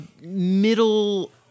middle